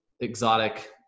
exotic